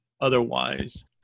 otherwise